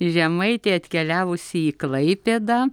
žemaitė atkeliavusi į klaipėdą